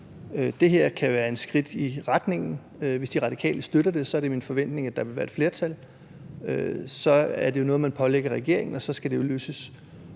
Det her kan være et skridt i den retning. Hvis De Radikale støtter det, er det min forventning, at der vil være et flertal, og så er det noget, man pålægger regeringen, og så skal det jo løses.